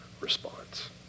response